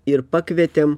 ir pakvietėm